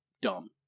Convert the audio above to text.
dumb